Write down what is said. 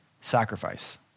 sacrifice